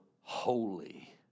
holy